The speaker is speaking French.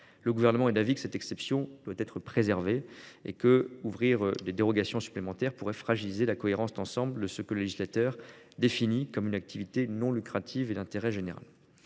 Le Gouvernement est d'avis que cette exception doit être préservée. Ouvrir des dérogations supplémentaires pourrait fragiliser la cohérence d'ensemble de ce que le législateur définit comme une activité non lucrative et d'intérêt général.